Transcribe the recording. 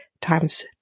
times